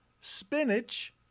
spinach